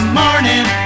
morning